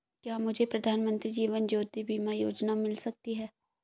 क्या मुझे प्रधानमंत्री जीवन ज्योति बीमा योजना मिल सकती है?